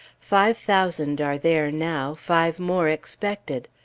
five thousand are there now, five more expected.